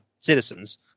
Citizens